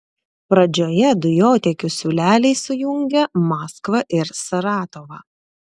pradžioje dujotiekių siūleliai sujungia maskvą ir saratovą